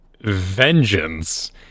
Vengeance